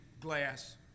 glass